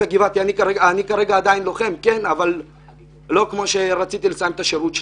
כרגע אני עדיין לוחם אבל לא כמו שרציתי לסיים את השירות שלי.